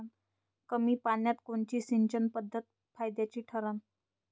कमी पान्यात कोनची सिंचन पद्धत फायद्याची ठरन?